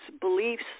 beliefs